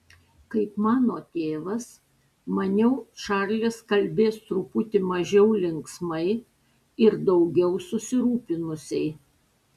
kaip mano tėvas maniau čarlis kalbės truputį mažiau linksmai ir daugiau susirūpinusiai